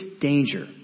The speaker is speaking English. danger